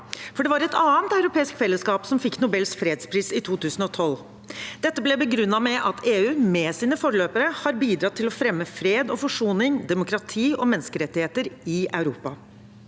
Det var et annet europeisk fellesskap som fikk Nobels fredspris i 2012. Dette ble begrunnet med at EU, med sine forløpere, har bidratt til å fremme fred og forsoning, demokrati og menneskerettigheter i Europa.